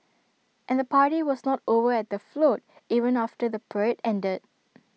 and the party was not over at the float even after the parade ended